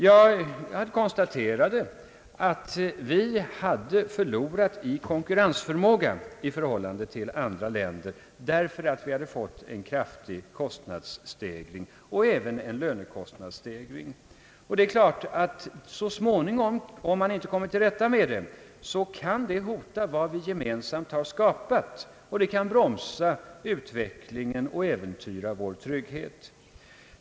Jag konstaterade att vi hade förlorat i konkurrensförmåga i förhållande till andra länder därför att vi hade fått en kraftig kostnadsstegring och även en lönekostnadsstegring. Om man inte kommer till rätta med detta kan det så småningom hota vad vi gemensamt har skapat, det kan bromsa utvecklingen och äventyra vår irygghet.